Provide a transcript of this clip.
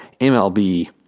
MLB